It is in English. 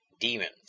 demons